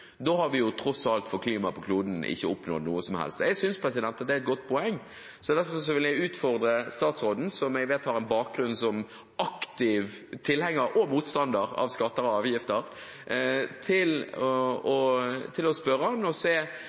da har vi tross alt ikke oppnådd noe som helst for klimaet på kloden. Det synes jeg er et godt poeng. Derfor vil jeg utfordre statsråden, som jeg vet har en bakgrunn som aktiv tilhenger – og motstander – av skatter og avgifter, og spørre ham om han vil følge opp. Når han nå gjør denne innstrammingen på myrsiden og kjenner til